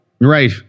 Right